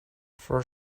for